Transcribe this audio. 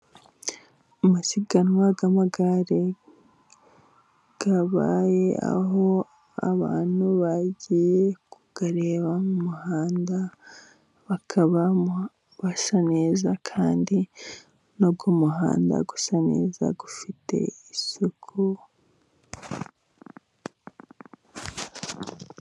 Amasiganwa y'amagare yabaye, aho abantu bagiye kuyareba mu muhanda bakaba basa neza kandi no ku muhanda usa neza ufite isuku.